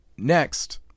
Next